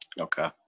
Okay